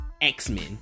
X-Men